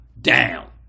down